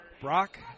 Brock